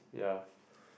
yeah